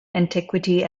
antiquity